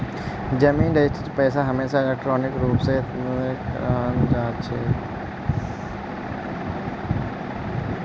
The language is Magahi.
जमीन रजिस्ट्रीर पैसा हमेशा इलेक्ट्रॉनिक रूपत हस्तांतरित करना चाहिए